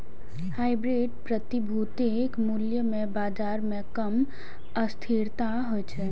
hybrid प्रतिभूतिक मूल्य मे बाजार मे कम अस्थिरता होइ छै